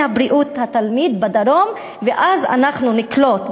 בריאות התלמיד בדרום ואז אנחנו נקלוט,